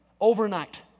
overnight